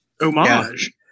Homage